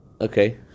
Okay